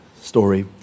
story